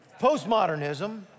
Postmodernism